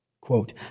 Quote